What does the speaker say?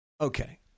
Okay